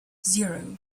zero